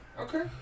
Okay